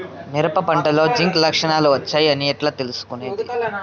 మిరప పంటలో జింక్ లక్షణాలు వచ్చాయి అని ఎట్లా తెలుసుకొనేది?